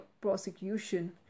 prosecution